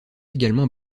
également